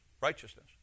righteousness